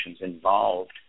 involved